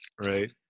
Right